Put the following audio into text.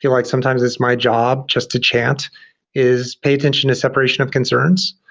feel like sometimes it's my job just to chant is pay attention to separation of concerns.